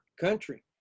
country